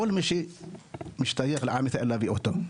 כל מי ששייך לעם ישראל להביא אותו.